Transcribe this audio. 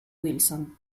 wilson